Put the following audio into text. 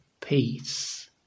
peace